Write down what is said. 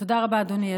תודה רבה, אדוני.